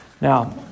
Now